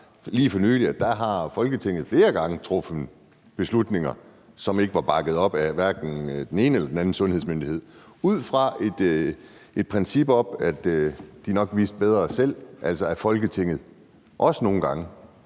lige for nylig, flere gange har truffet beslutninger, som ikke var bakket op af hverken den ene eller den anden sundhedsmyndighed, ud fra et princip om, at de nok vidste bedre selv, altså at Folketinget også nogle gange